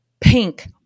pink